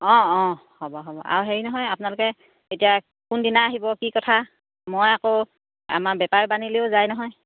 অঁ অঁ হ'ব হ'ব আৰু হেৰি নহয় আপোনালোকে এতিয়া কোন দিনা আহিব কি কথা মই আকৌ আমাৰ বেপাৰ বানিলৈও যায় নহয়